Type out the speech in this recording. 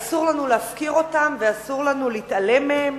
אסור לנו להפקיר אותם ואסור לנו להתעלם מהם.